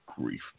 grief